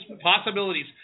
Possibilities